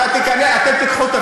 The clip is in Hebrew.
אני מוכן, אני מוכן, אתם תיקחו תפקיד?